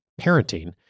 parenting